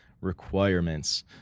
requirements